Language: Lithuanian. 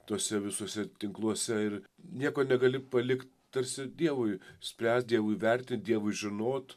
tuose visuose tinkluose ir nieko negali palikt tarsi dievui spręst dievui vertint dievui žinot